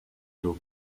d’eau